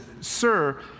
Sir